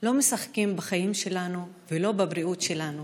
לא משחקים בחיים שלנו, ולא בבריאות שלנו,